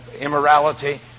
immorality